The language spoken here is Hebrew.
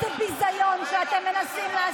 סיון מימוני ז"ל,